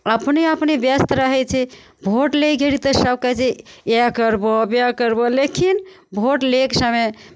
अपने अपने व्यस्त रहै छै भोट लै घड़ी तऽ सभ कहै छै इएह करबऽ वएह करबऽ लेकिन भोट लैके समय